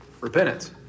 Repentance